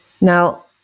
Now